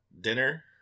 dinner